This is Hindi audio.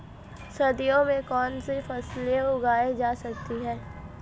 सर्दियों में कौनसी फसलें उगाई जा सकती हैं?